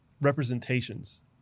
representations